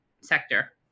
sector